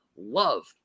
love